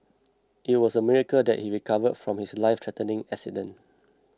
it was a miracle that he recovered from his lifethreatening accident